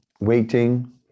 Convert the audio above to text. waiting